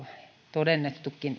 todennettukin